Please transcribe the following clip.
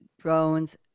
drones